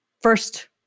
first